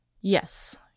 Yes